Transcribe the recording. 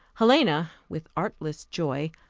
helena, with artless joy,